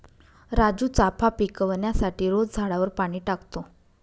राजू चाफा पिकवण्यासाठी रोज झाडावर पाणी टाकतो